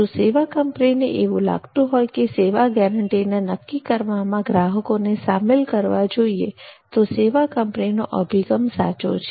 જો સેવા કંપનીને એવું લાગતું હોય કે સેવા ગેરંટીને નક્કી કરવામાં ગ્રાહકોને સામેલ કરવા જોઈએ તો સેવા કંપનીનો અભિગમ સાચો છે